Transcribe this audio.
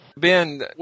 Ben